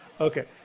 Okay